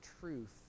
truth